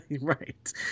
Right